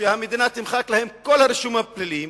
שהמדינה תמחק להם את כל הרישומים הפליליים,